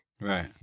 Right